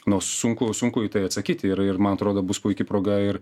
nu sunku sunku į tai atsakyti ir ir man atrodo bus puiki proga ir